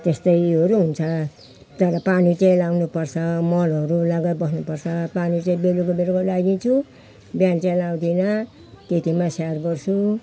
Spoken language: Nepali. त्यस्तैहरू हुन्छ तर पानी चाहिँ लगाउनु पर्छ मलहरू लगाइबस्नु पर्छ पानी चाहिँ बेलुका बेलुका लगाइदिन्छु बिहान चाहिँ लाउँदिनँ त्यतिमा स्याहार गर्छु